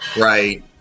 right